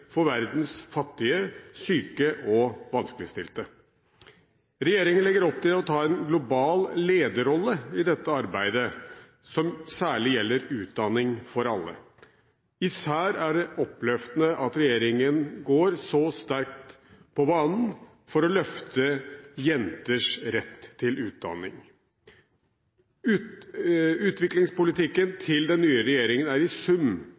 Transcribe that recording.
for verdens fattige, syke og vanskeligstilte. Regjeringen legger opp til å ta en global lederrolle i dette arbeidet som særlig gjelder utdanning for alle. Især er det oppløftende at regjeringen går så sterkt på banen for å løfte jenters rett til utdanning. Utviklingspolitikken til den nye regjeringen er i sum